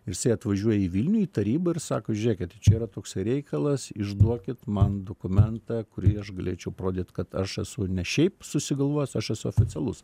jisai atvažiuoja į vilnių į tarybą ir sako žėkit čia yra toks reikalas išduokit man dokumentą kurį aš galėčiau parodyt kad aš esu ne šiaip susigalvojęs aš esu oficialus